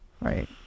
Right